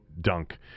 dunk